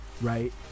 right